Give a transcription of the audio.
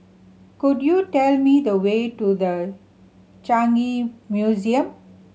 could you tell me the way to The Changi Museum